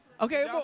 Okay